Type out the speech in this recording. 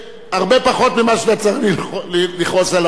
פחות ממה שאתה צריך לכעוס על האוניברסיטה.